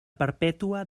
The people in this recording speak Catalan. perpètua